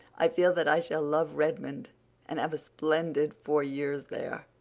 i feel that i shall love redmond and have a splendid four years there.